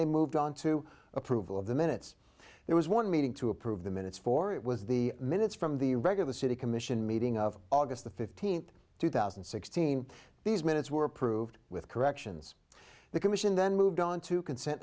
they moved on to approval of the minutes there was one meeting to approve the minutes for it was the minutes from the regular city commission meeting of august the fifteenth two thousand and sixteen these minutes were approved with corrections the commission then moved on to consent